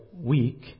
week